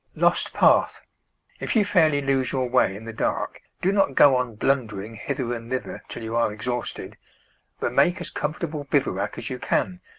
lost path if you fairly lose your way in the dark, do not go on blundering hither and thither till you are exhausted but make as comfortable bivouac as you can,